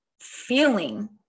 feeling